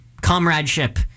Comradeship